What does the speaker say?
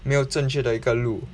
没有正确的一个路